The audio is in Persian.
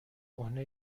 کهنه